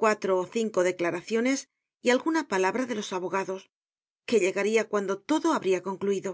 cuatro ó cinco declaraciones y alguna palabra de los abogados que llegaria cuando todo habria concluido